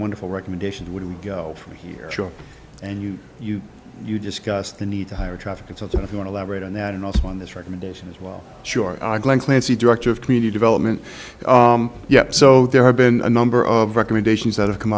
wonderful recommendations would we go from here and you you you discuss the need to hire traffic so that if you want to elaborate on that and also on this recommendations well sure glenn clancy director of community development yeah so there have been a number of recommendations that have come